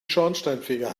schornsteinfeger